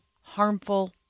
harmful